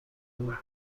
مادر